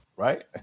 Right